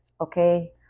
Okay